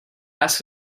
ask